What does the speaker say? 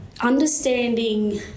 understanding